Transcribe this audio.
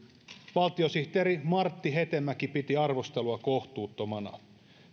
valtiosihteeri martti hetemäki piti arvostelua kohtuuttomana